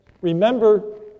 remember